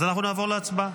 אז אנחנו נעבור להצבעה.